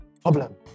Problem